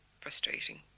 frustrating